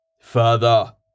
Further